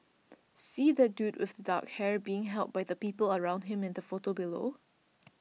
see that dude with the dark hair being helped by the people around him in the photo below